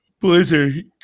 Blizzard